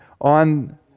on